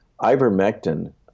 Ivermectin